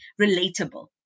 relatable